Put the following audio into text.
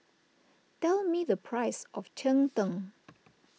tell me the price of Cheng Tng